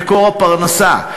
"מקור הפרנסה",